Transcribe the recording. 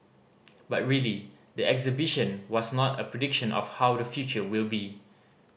but really the exhibition was not a prediction of how the future will be